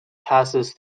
passes